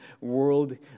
world